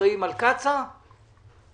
רכז קשרי ממשלה של מגמה ירוקה.